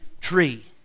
tree